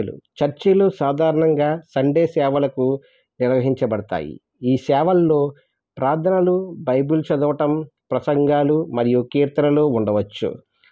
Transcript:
చర్చ్లు చర్చిలో సాధారణంగా సండే సేవలకు నిర్వహించబడతాయి ఈ సేవలలో ప్రార్థనలు బైబిల్ చదవడం ప్రసంగాలు మరియు కీర్తనలు ఉండవచ్చు